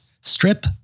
Strip